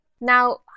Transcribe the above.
now